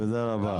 תודה רבה.